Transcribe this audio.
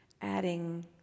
adding